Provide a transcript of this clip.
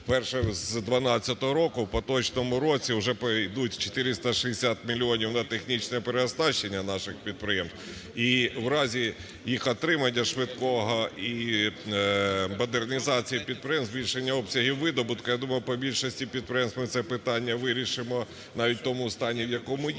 вперше з 12-го року в поточному році вже прийдуть 460 мільйонів на технічне переоснащення наших підприємств, і у разі їх отримання швидкого і модернізації підприємств, збільшення обсягів видобутку, я думаю, по більшості підприємств ми це питання вирішимо навіть в тому стані, в якому є.